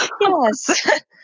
Yes